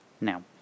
Now